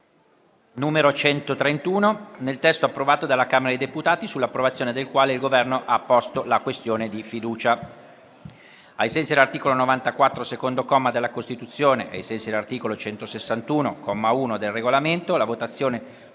nel testo approvato dalla Camera dei deputati, sull'approvazione del quale il Governo ha posto la questione di fiducia.